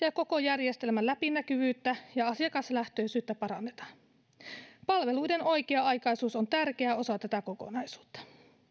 ja koko järjestelmän läpinäkyvyyttä ja asiakaslähtöisyyttä parannetaan palveluiden oikea aikaisuus on tärkeä osa tätä kokonaisuutta